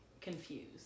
confused